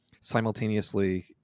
simultaneously